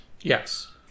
Yes